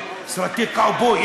סרטי קאובוי,